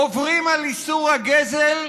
עוברים על איסור הגזל,